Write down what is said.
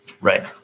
right